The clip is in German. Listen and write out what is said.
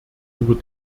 über